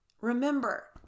remember